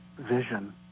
vision